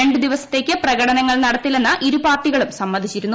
രണ്ട് ദിവസത്തേക്ക് പ്രകടനങ്ങൾ നടത്തില്ലെന്ന് ഇരു പാർട്ടികളും സമ്മതിച്ചിരുന്നു